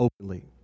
openly